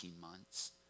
months